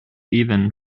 even